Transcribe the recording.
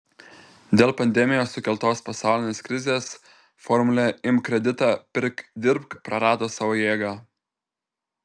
dėl pandemijos sukeltos pasaulinės krizės formulė imk kreditą pirk dirbk prarado savo jėgą